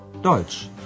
Deutsch